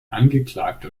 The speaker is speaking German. angeklagt